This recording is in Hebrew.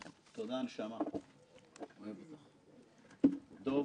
אני רוצה להתחיל בדברים שבהם איילת נחמיאס ורבין סיכמה.